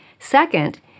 Second